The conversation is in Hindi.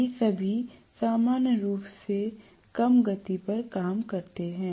ये सभी सामान्य रूप से कम गति पर काम करते हैं